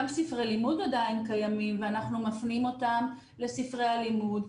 גם ספרי לימוד עדיין קיימים ואנחנו מפנים אותם לספרי הלימוד.